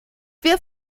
wir